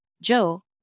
Joe